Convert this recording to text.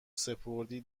سپردی